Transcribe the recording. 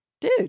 Dude